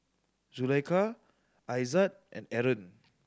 Zulaikha Aizat and Aaron